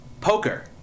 Poker